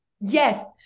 Yes